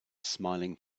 smiling